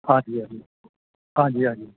ਹਾਂਜੀ ਹਾਂਜੀ ਹਾਂਜੀ ਹਾਂਜੀ